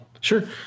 Sure